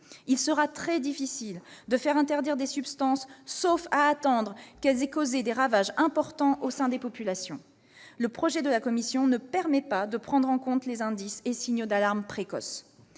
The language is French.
Il sera très difficile de proscrire des substances, sauf à attendre que celles-ci aient causé des ravages importants au sein des populations. Le projet de la Commission ne permet pas de prendre en compte les indices et signaux d'alarme précoces.